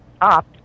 up